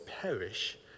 perish